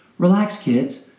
relax, kids,